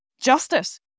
justice